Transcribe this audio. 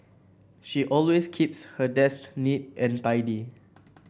she always keeps her desk neat and tidy